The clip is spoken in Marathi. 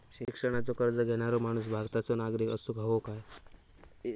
शिक्षणाचो कर्ज घेणारो माणूस भारताचो नागरिक असूक हवो काय?